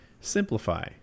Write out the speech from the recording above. simplify